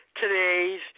today's